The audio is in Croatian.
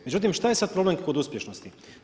Međutim šta je sada problem kod uspješnosti?